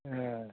ए